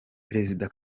perezida